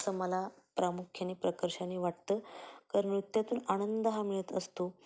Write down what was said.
असं मला प्रामुख्याने प्रकर्षाने वाटतं कारण नृत्यातून आनंद हा मिळत असतो